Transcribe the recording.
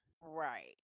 right